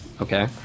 Okay